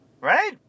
Right